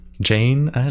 Jane